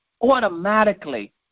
automatically